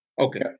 Okay